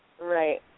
Right